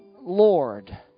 Lord